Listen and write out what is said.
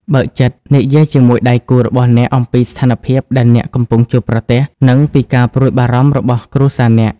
បើកចិត្តនិយាយជាមួយដៃគូរបស់អ្នកអំពីស្ថានភាពដែលអ្នកកំពុងជួបប្រទះ និងពីការព្រួយបារម្ភរបស់គ្រួសារអ្នក។